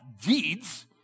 deeds